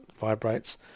vibrates